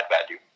value